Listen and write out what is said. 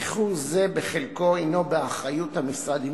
איחור זה בחלקו הינו באחריות המשרדים